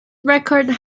record